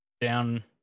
down